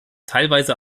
teilweise